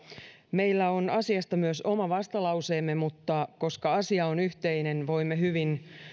meillä on asiasta myös oma vastalauseemme mutta koska asia on yhteinen voimme hyvin